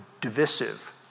divisive